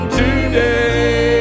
today